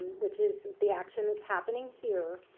which is the action that's happening here,